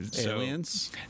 aliens